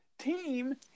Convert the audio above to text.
Team